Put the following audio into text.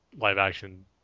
live-action